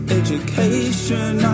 education